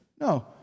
No